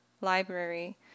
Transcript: library